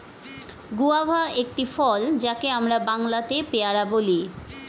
guava একটি ফল যাকে আমরা বাংলাতে পেয়ারা বলি